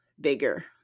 bigger